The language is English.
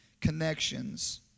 connections